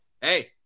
hey